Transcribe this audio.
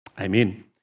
Amen